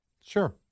Sure